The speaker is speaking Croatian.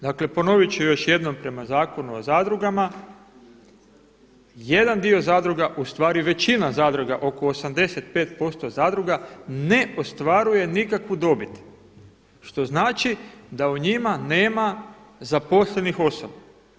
Dakle ponovit ću još jednom prema Zakonu o zadrugama, jedan dio zadruga ustvari većina zadruga oko 85% zadruga, ne ostvaruje nikakvu dobit, što znači da u njima nema zaposlenih osoba.